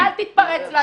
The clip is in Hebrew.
אל תתפרץ לדברים שלי.